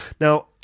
now